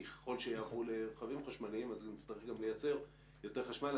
כי ככל שיעברו לרכבים חשמליים אז נצטרך לייצר יותר חשמל.